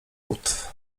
płód